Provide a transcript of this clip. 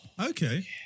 Okay